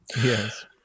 Yes